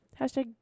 Hashtag